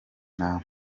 nta